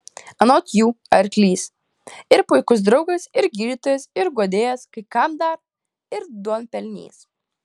anot jų arklys ir puikus draugas ir gydytojas ir guodėjas kai kam dar ir duonpelnys